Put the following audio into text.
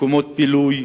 ובמקומות בילוי